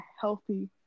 healthy